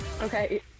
okay